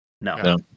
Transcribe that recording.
no